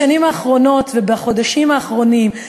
בשנים האחרונות ובחודשים האחרונים,